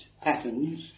patterns